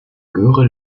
göre